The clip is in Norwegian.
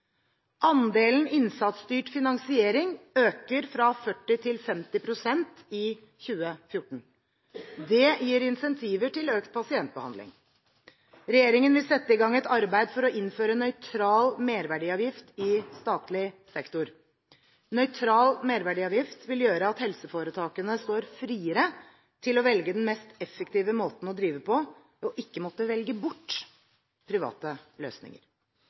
Andelen innsatsstyrt finansiering øker fra 40 til 50 pst. i 2014. Det gir insentiver til økt pasientbehandling. Regjeringen vil sette i gang et arbeid for å innføre nøytral merverdiavgift i statlig sektor. Nøytral merverdiavgift vil gjøre at helseforetakene står friere til å velge den mest effektive måten å drive på og ikke må velge bort private løsninger.